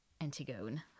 Antigone